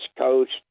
Coast